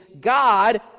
God